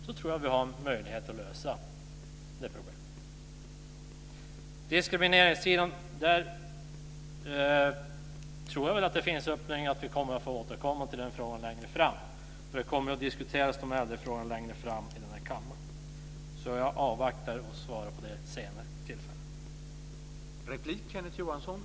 Då tror jag att vi har en möjlighet att lösa det här problemet. Jag tror att vi kommer att få återkomma till diskrimineringsfrågan längre fram. Äldrefrågorna kommer att diskuteras här i kammaren längre fram. Jag avvaktar med att svara på detta till ett senare tillfälle.